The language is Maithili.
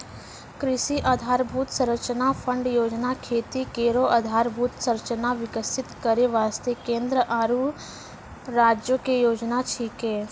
कृषि आधारभूत संरचना फंड योजना खेती केरो आधारभूत संरचना विकसित करै वास्ते केंद्र आरु राज्यो क योजना छिकै